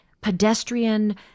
pedestrian